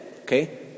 Okay